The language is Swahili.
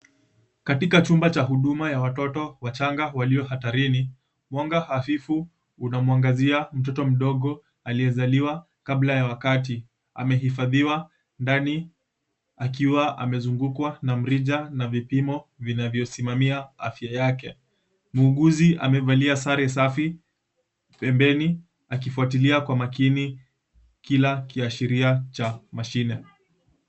Katika chumba cha huduma ya watoto wachanga walio hatarini, mwanga hafifu unamwangazia mtoto mdogo aliyezaliwa kabla ya wakati. Amehifadhiwa ndani , akiwa amezungukwa na mrija na vipimo vinavyosimamia afya yake. Muuguzi amevalia sare safi pembeni, akifuatilia kwa makini kila kiashiria cha mashine.